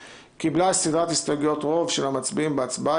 (ב) (1) קיבלה סדרת הסתייגויות רוב של המצביעים בהצבעה,